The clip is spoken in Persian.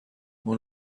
اون